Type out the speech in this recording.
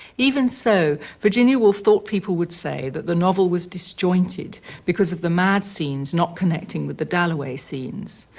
even so, virginia woolf thought people would say that the novel was disjointed because of the mad scenes not connecting with the dalloway scenes.